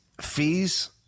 fees